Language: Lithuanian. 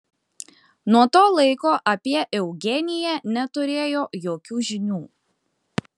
nuo to laiko apie eugeniją neturėjo jokių žinių